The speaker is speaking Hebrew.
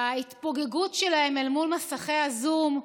ההתפוגגות שלהם אל מול מסכי הזום,